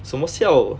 什么 siao